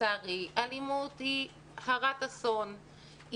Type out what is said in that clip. לצערי אלימות היא הרת אסון.